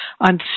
On